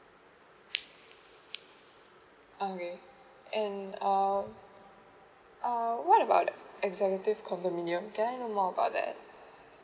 oh okay oh okay oh oh what about the executive condominium may I know more about that